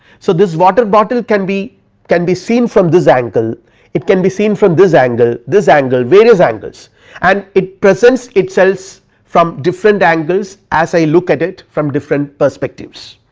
so, this water bottle can be can be seen from this angle it can be seen from this angle this angle various angles and it presents it selves from different angles as i look at it from different perspectives.